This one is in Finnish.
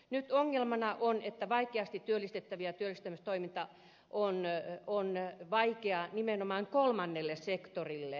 nyt ongelmana on että vaikeasti työllistettävien työllistämistoiminta on vaikea nimenomaan kolmannelle sektorille